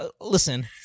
Listen